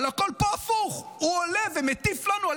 אבל הכול פה הפוך: הוא עולה ומטיף לנו על